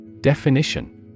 Definition